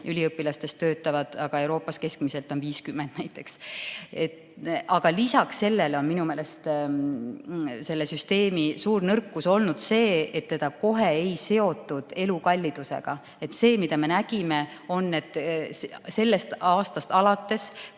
üliõpilastest töötab, aga Euroopas on neid keskmiselt 50%. Lisaks sellele on minu meelest selle süsteemi suur nõrkus olnud see, et seda kohe ei seotud elukallidusega. Me nägime, et sellest aastast alates,